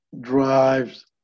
drives